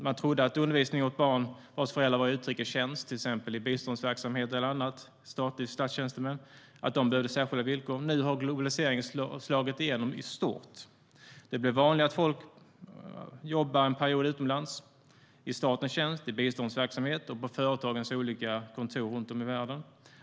Man trodde att undervisning av barn vars föräldrar var i utrikestjänst, till exempel i biståndsverksamhet eller annan statlig tjänst, behövde särskilda villkor. Nu har globaliseringen slagit igenom i stort. Det blir vanligare att folk jobbar en period utomlands i statens tjänst, i biståndsverksamhet och på företagens kontor runt om i världen.